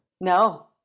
No